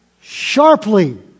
sharply